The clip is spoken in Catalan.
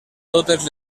totes